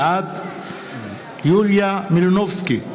בעד יוליה מלינובסקי,